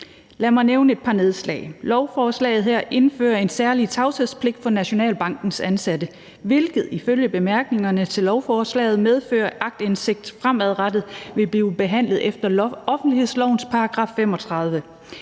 Lad mig nævne et par nedslag. Lovforslaget her indfører en særlig tavshedspligt for Nationalbankens ansatte, hvilket ifølge bemærkningerne til lovforslaget medfører, at aktindsigt fremadrettet vil blive behandlet efter offentlighedslovens § 35.